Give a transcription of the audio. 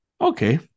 Okay